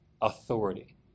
authority